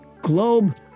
Globe